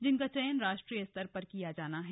जिनका चयन राष्ट्रीय स्तर पर किया जाना है